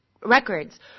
records